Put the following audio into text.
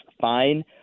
fine